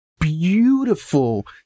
beautiful